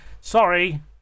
sorry